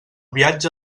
viatge